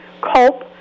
cope